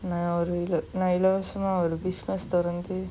நா ஒரு இல்ல நா இலவசமா ஒரு:naa oru illa naa ilavasamaa oru business தொறந்து:thoranthu